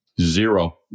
Zero